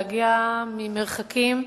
להגיע ממרחקים,